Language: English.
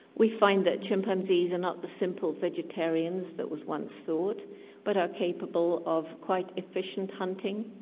we find that chimpanzees are not the simple vegetarians that was once thought but are capable of quite efficient hunting,